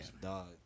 Dog